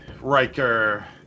Riker